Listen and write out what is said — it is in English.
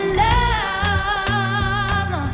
love